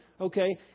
okay